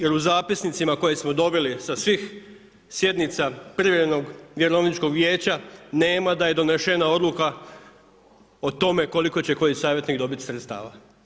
Jer u zapisnicima koje smo dobili sa svih sjednica privremenog vjerovničkog vijeća nema da je donesena odluka o tome koliko će koji savjetnik dobiti sredstava.